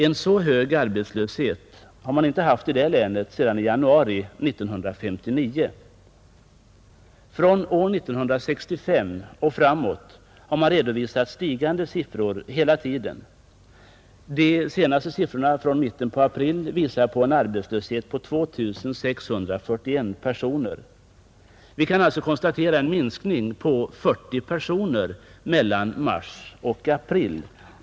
En så stor arbetslöshet har man inte haft i det länet sedan januari 1959. Från år 1965 och framåt har man hela tiden redovisat stigande siffror. De senaste siffrorna från mitten av april visar en arbetslöshet på 2 641 personer. Vi kan alltså konstatera en minskning i arbetslösheten på 54 personer mellan mars och april.